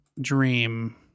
Dream